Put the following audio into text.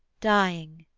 dying,